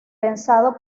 pensado